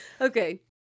Okay